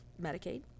Medicaid